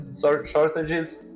shortages